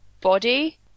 body